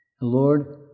Lord